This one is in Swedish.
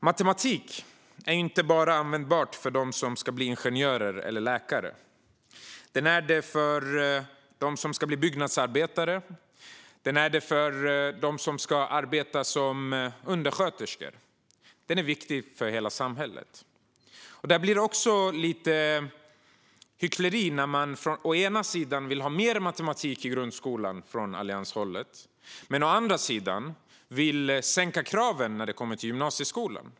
Matematik är användbart inte bara för dem som ska bli ingenjörer eller läkare utan också för dem som ska bli byggnadsarbetare eller ska arbeta som undersköterskor. Det är viktigt för hela samhället. Det blir lite hyckleri när man från Alliansens håll å ena sidan vill ha mer matematik i grundskolan, å andra sidan vill sänka kraven när det gäller gymnasieskolan.